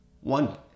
one